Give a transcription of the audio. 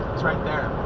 it's right there.